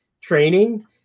training